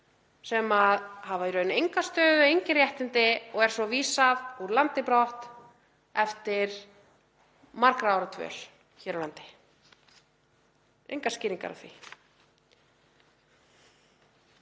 sem hafa í raun enga stöðu, engin réttindi og er svo vísað úr landi brott eftir margra ára dvöl hér á landi. Engar skýringar á því.